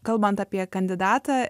kalbant apie kandidatą